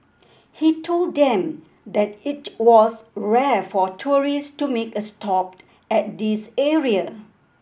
he told them that it was rare for tourists to make a stop at this area